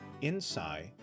inside